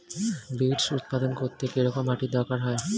Beets উৎপাদন করতে কেরম মাটির দরকার হয়?